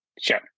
Sure